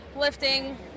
lifting